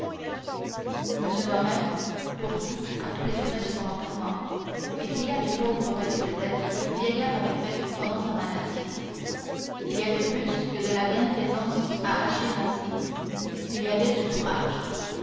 m morrel pourvut à tous les frais de son enterrement et paya les pauvres petites dettes que le vieillard avait faites pendant sa maladie il y avait plus que de la bienfaisance à agir ainsi il y avait du courage